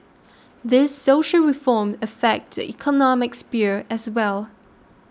these social reforms affect the economic sphere as well